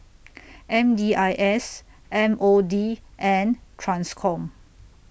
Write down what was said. M D I S M O D and TRANSCOM